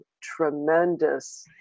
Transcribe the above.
tremendous